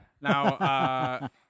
Now